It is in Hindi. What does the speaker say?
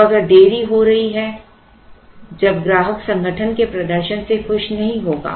अब अगर देरी हो रही है जब ग्राहक संगठन के प्रदर्शन से खुश नहीं होगा